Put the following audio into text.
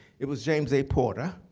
it was james a. porter.